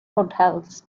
hotels